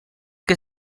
que